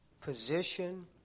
position